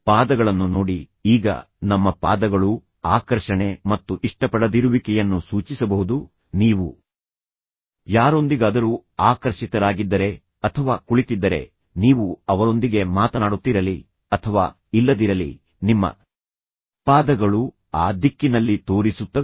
ಪಾದಗಳನ್ನು ನೋಡಿ ಈಗ ನಮ್ಮ ಪಾದಗಳು ಆಕರ್ಷಣೆ ಮತ್ತು ಇಷ್ಟಪಡದಿರುವಿಕೆಯನ್ನು ಸೂಚಿಸಬಹುದು ನೀವು ಯಾರೊಂದಿಗಾದರೂ ಆಕರ್ಷಿತರಾಗಿದ್ದರೆ ಅಥವಾ ಕುಳಿತಿದ್ದರೆ ನೀವು ಅವರೊಂದಿಗೆ ಮಾತನಾಡುತ್ತಿರಲಿ ಅಥವಾ ಇಲ್ಲದಿರಲಿ ನಿಮ್ಮ ಪಾದಗಳು ಆ ದಿಕ್ಕಿನಲ್ಲಿ ತೋರಿಸುತ್ತವೆ